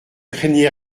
craignez